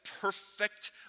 perfect